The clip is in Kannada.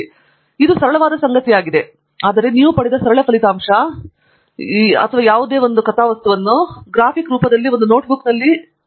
ಆದ್ದರಿಂದ ಇದು ಸರಳವಾದ ಸಣ್ಣ ಸಂಗತಿಯಾಗಿದೆ ಆದರೆ ಇದು ನಿಮ್ಮ ನೋಟ್ ಬುಕ್ಗೆ ಬರಬೇಕಾದ ಅಥವಾ 1 ವಾರಗಳ ನಂತರ ಹೇಳಬೇಕೆಂದರೆ ನೀವು ಪಡೆದ ಸರಳ ಫಲಿತಾಂಶ ಏನನ್ನಾದರೂ ಯಾವುದನ್ನಾದರೂ ಕಥಾವಸ್ತುವನ್ನು ಗ್ರಾಫಿಕ್ ಆಗಿ ಇರಿಸಿ ಅದನ್ನು ನಿಮ್ಮ ನೋಟ್ಬುಕ್ನಲ್ಲಿ ಇರಿಸಿಕೊಳ್ಳಿ